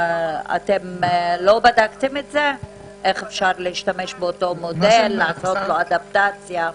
אתם לא בדקתם את זה ואיך אפשר להשתמש באותו מודל ולעשות לו אדפטציה?